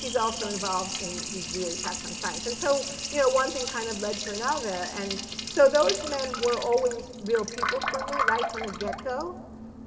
he's also involved in these weird attacks on science. and so yeah one thing kind of led to another. and so those men were always real people from me right from the get-go,